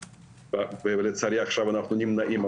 ולצערי עכשיו אנחנו נמנעים.